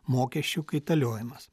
mokesčių kaitaliojimas